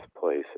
place